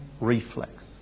reflex